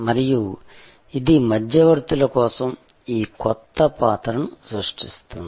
మరియు ఇది మధ్యవర్తుల కోసం ఈ కొత్త పాత్రను సృష్టిస్తుంది